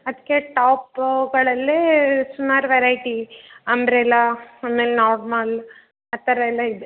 ಅದ್ಕೆ ಟಾಪುಗಳಲ್ಲೇ ಸುಮಾರು ವೆರೈಟಿ ಅಂಬ್ರೆಲಾ ಆಮೇಲೆ ನಾರ್ಮಲ್ ಆ ಥರ ಎಲ್ಲ ಇದೆ